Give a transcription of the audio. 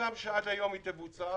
וסוכם שהיא תבוצע עד היום.